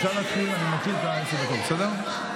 אני מתחיל את עשר הדקות, בסדר?